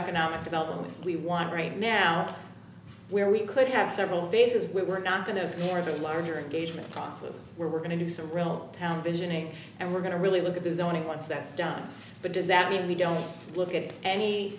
economic development we want right now where we could have several phases where we're not going to have more of a larger engagement process where we're going to do some real town visioning and we're going to really look at designing once that's done but does that mean we don't look at any